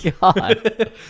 God